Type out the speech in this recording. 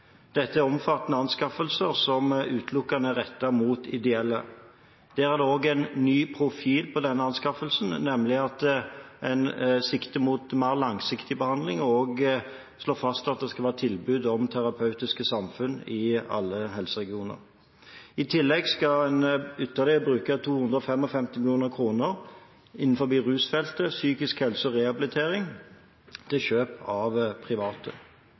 Dette er omfattende avskaffelser, som utelukkende er rettet mot ideelle. På den anskaffelsen er det også en ny profil, nemlig at en sikter mot mer langsiktig behandling og slår fast at det skal være tilbud om terapeutiske samfunn i alle helseregioner. I tillegg skal en bruke ytterligere 255 mill. kr innenfor rusfeltet, psykisk helse og rehabilitering til kjøp fra private.